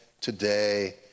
today